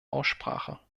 aussprache